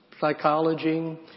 psychology